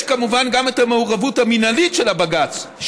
יש כמובן גם המעורבות המינהלית של הבג"ץ,